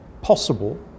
possible